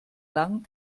lang